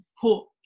put